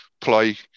play